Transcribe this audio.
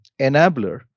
enabler